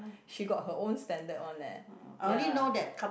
she got her own standard one leh ya